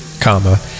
comma